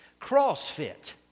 CrossFit